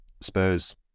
Spurs